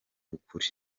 ukuri